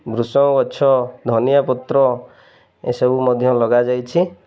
ଭୃଷଙ୍ଗ ଗଛ ଧନିଆ ପତ୍ର ଏସବୁ ମଧ୍ୟ ଲଗାଯାଇଛି